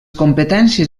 competències